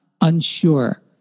unsure